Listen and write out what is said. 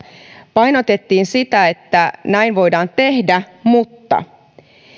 painotettiin sitä että näin voidaan tehdä mutta